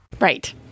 Right